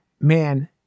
man –